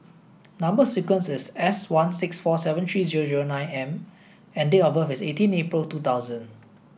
number sequence is S one six four seven three zero zero nine M and date of birth is eighteen April two thousand